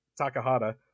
Takahata